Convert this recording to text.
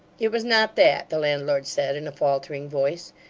it was not that, the landlord said, in a faltering voice.